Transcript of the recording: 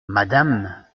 madame